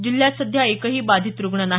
जिल्ह्यात सध्या एकही बाधीत रुग्ण नाही